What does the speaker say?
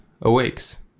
awakes